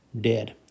dead